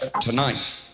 tonight